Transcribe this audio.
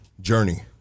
journey